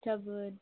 तब